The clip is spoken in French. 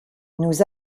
nous